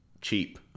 cheap